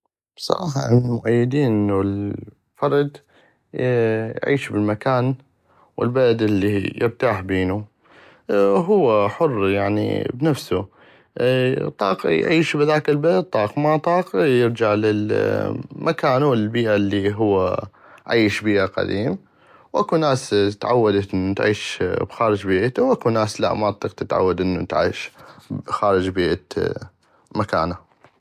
بصراحة انا من الموئيدين الفرد يعيش بل المكان والبلد الي يرتاح بينو وهو حر يعني بنفسو طاق يعيش بهذاك البلد طاق ما طاق يرجع للمكان والبيئة الي هو عيش بيها قديم واكو ناس تعودت تعيش بخارج بيئتها واكو لا ما اطيق تتعود تعيش خارج بيئة مكانها